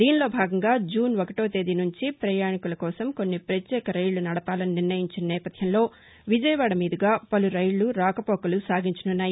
దీనిలో భాగంగా జూన్ ఒకటో తేదీ నుంచి ప్రయాణీకుల కోసం కొన్ని ప్రత్యేక రైళ్లు నడపాలని నిర్ణయించిన నేపథ్యంలో విజయవాడ మీదుగా పలు రైళ్లు రాకపోకలు సాగించనున్నాయి